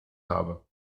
habe